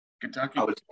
Kentucky